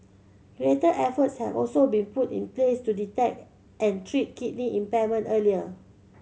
greater efforts have also been put in place to detect and treat kidney impairment earlier